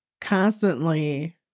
constantly